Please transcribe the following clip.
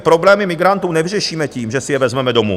Problémy migrantů nevyřešíme tím, že si je vezmeme domů.